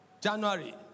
January